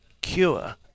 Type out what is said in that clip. cure